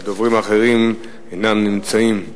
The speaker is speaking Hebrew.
הדוברים האחרים אינם נמצאים.